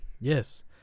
Yes